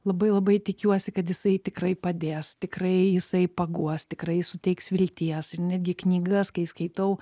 labai labai tikiuosi kad jisai tikrai padės tikrai jisai paguos tikrai suteiks vilties ir netgi knygas kai skaitau